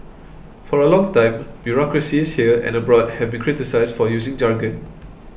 for a long time bureaucracies here and abroad have been criticised for using jargon